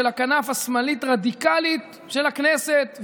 של הכנף השמאלית-רדיקלית של הכנסת,